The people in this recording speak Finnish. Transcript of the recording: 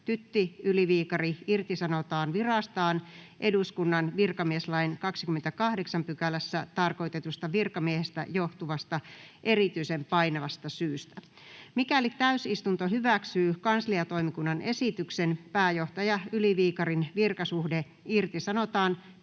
Tytti Yli-Viikari irtisanotaan virastaan eduskunnan virkamieslain 28 §:ssä tarkoitetusta virkamiehestä johtuvasta erityisen painavasta syystä. Mikäli täysistunto hyväksyy kansliatoimikunnan esityksen, pääjohtaja Yli-Viikarin virkasuhde irtisanotaan